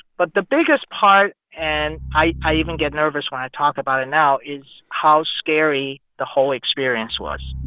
but the biggest part and i i even get nervous when i talk about it now is how scary the whole experience was.